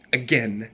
again